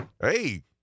hey